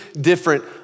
different